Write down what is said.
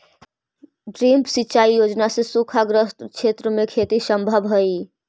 drip सिंचाई योजना से सूखाग्रस्त क्षेत्र में खेती सम्भव हइ